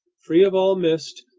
free of all mist,